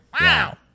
Wow